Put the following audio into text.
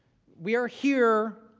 we are here,